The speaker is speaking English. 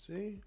See